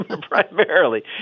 primarily